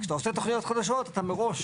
כשאתה עושה תוכניות חדשות אתה מראש